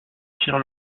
firent